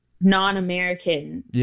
non-American